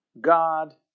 God